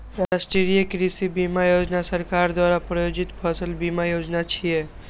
राष्ट्रीय कृषि बीमा योजना सरकार द्वारा प्रायोजित फसल बीमा योजना छियै